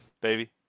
Baby